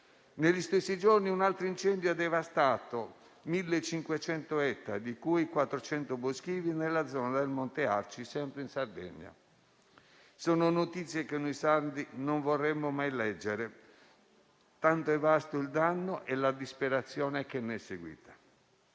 Negli stessi giorni, un altro incendio ha devastato 1.500 ettari, di cui 400 boschivi, nella zona del Monte Arci, sempre in Sardegna. Sono notizie che noi sardi non vorremmo mai leggere, tanto vasti sono il danno e la disperazione che ne è seguita.